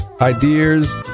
ideas